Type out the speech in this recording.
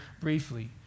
briefly